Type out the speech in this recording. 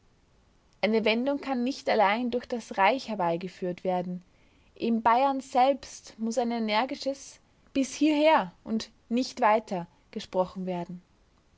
eine wendung kann nicht allein durch das reich herbeigeführt werden in bayern selbst muß ein energisches bis hierher und nicht weiter gesprochen werden